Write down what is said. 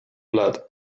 blood